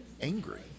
angry